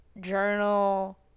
journal